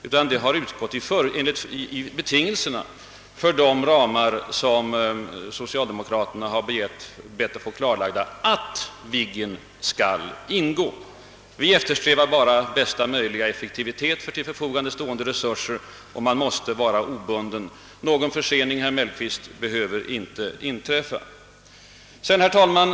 I de ramar som skall klarläggas har nämligen socialdemokraterna begärt att Viggen skall ingå. Vi eftersträvar bara bästa möjliga effektivitet av till förfogande stående resurser. Och man måste vara obunden. Någon försening behöver inte inträffa, herr Mellqvist.